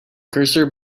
cursor